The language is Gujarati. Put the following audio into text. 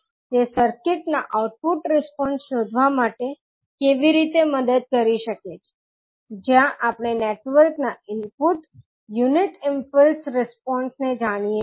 તે સર્કિટના આઉટપુટ રિસ્પોન્સ શોધવા માટે કેવી રીતે મદદ કરી શકે છે જ્યાં આપણે નેટવર્કના ઇનપુટ યુનિટ ઇમ્પલ્સ રિસ્પોન્સ ને જાણીએ છીએ